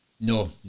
No